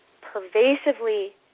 pervasively